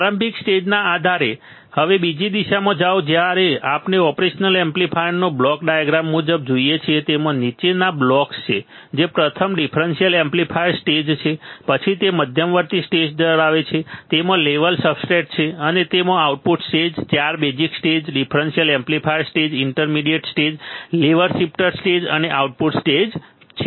પ્રારંભિક સ્ટેજના આધારે હવે બીજી દિશામાં જાઓ જ્યારે આપણે ઓપરેશન એમ્પ્લીફાયરને બ્લોક ડાયાગ્રામ મુજબ જોઈએ છીએ તેમાં નીચેના બ્લોક્સ છે પ્રથમ ડિફરન્સીયલ એમ્પ્લીફાયર સ્ટેજ છે પછી તે મધ્યવર્તી સ્ટેજ ધરાવે છે તેમાં લેવલ સબસ્ટ્રેટ્સ છે અને તેમાં output stage 4 basic stage differential amplifier stage intermediate stage level shifter stage અને આઉટપુટ સ્ટેજ છે